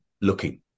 looking